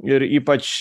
ir ypač